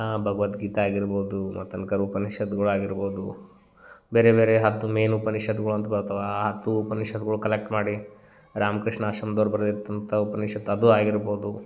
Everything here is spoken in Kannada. ಭಗವದ್ಗೀತಾ ಆಗಿರ್ಬೋದು ಮತ್ತು ಅನ್ಕರ್ ಉಪನಿಷತ್ಗಳು ಆಗಿರ್ಬೋದು ಬೇರೆ ಬೇರೆ ಹತ್ತು ಮೇಯ್ನ್ ಉಪನಿಷತ್ಗಳು ಅಂತ ಬರ್ತವೆ ಆ ಹತ್ತೂ ಉಪನಿಷತ್ಗಳು ಕಲೆಕ್ಟ್ ಮಾಡಿ ರಾಮಕೃಷ್ಣ ಆಶ್ರಮ್ದವ್ರು ಬರ್ದಿರ್ತಂಥ ಉಪನಿಷತ್ ಅದೂ ಆಗಿರ್ಬೋದು